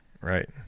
Right